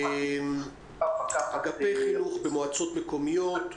אגפי חינוך במועצות מקומיות,